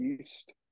East